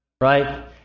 right